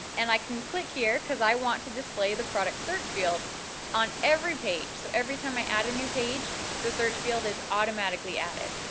and i can click here because i want to display the product search field on every page. so every time i add a new page the search field is automatically added.